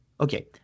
Okay